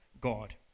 God